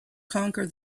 conquer